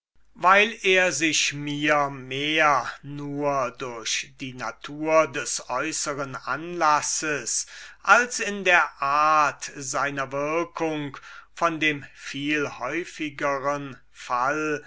weil er sich mir mehr nur durch die natur des äußeren anlasses als in der art seiner wirkung von dem viel häufigeren fall